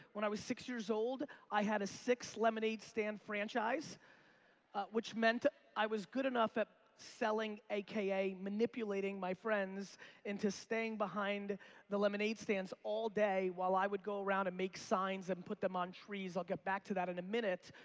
when i was six years old i had a six lemonade stand franchise which meant i was good enough that selling a k a. manipulating my friends into staying behind the lemonade stands all day while i would go around and make signs and put them on trees. i'll get back to that in a minute.